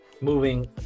moving